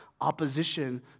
Opposition